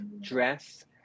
dress